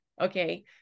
okay